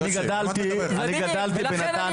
אני גדלתי בנתניה,